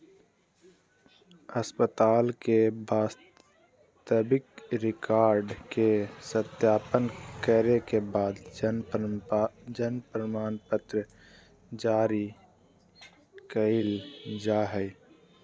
अस्पताल के वास्तविक रिकार्ड के सत्यापन करे के बाद जन्म प्रमाणपत्र जारी कइल जा हइ